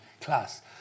class